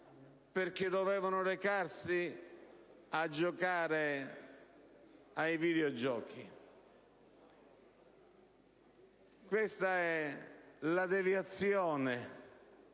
perché dovevano recarsi a giocare ai videogiochi. Questa è la deviazione